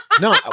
No